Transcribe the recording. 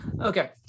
Okay